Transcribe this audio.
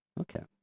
Okay